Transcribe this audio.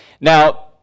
Now